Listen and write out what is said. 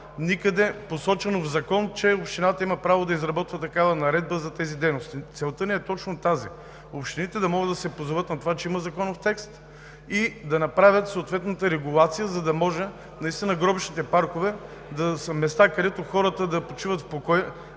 никъде посочено в закон, че общината има право да изработва такава наредба за тези дейности. Целта ни е точно тази: общините да могат да се позоват на това, че има законов текст, и да направят съответните регулации, за да може наистина гробищните паркове да са места, където хората да почиват в покой,